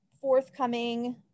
forthcoming